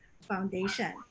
Foundation